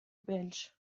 bench